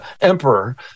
emperor